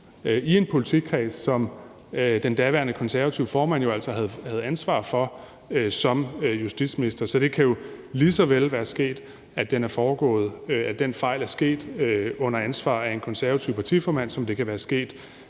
i en politikreds, som den daværende konservative formand jo altså havde ansvar for som justitsminister. Så det kan jo lige såvel være, at den fejl er sket under ansvar af en konservativ partiformand, som det kan være,